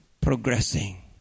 progressing